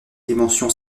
dimension